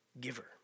giver